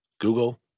Google